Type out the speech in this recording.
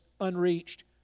unreached